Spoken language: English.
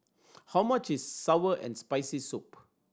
how much is sour and Spicy Soup